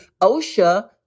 OSHA